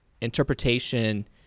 interpretation